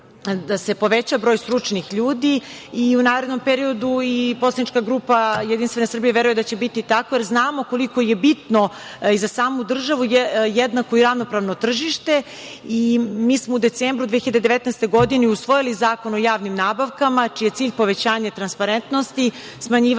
da se poveća broj stručnih ljudi u narednom periodu. Poslanička grupa Jedinstvene Srbije veruje da će biti tako, jer znamo koliko je bitno i za samu državu jednako i ravnopravno tržište. Mi smo u decembru 2019. godine usvojili Zakon o javnim nabavkama, čiji je cilj povećanje transparentnosti, smanjivanje